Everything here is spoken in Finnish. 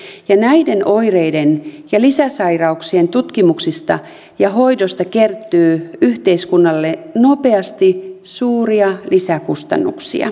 näiden oireiden ja lisä sairauksien tutkimuksista ja hoidosta kertyy yhteiskunnalle nopeasti suuria lisäkustannuksia